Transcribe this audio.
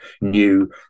new